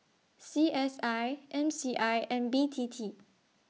C S I M C I and B T T